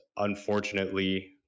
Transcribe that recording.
Unfortunately